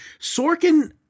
Sorkin